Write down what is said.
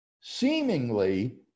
seemingly